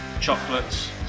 chocolates